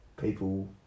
people